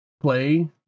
play